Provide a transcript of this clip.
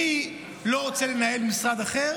אני לא רוצה לנהל משרד אחר,